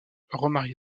remarié